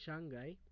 Shanghai